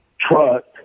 truck